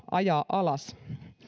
ajaa alas